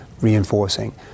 reinforcing